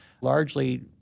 largely